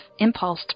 impulsed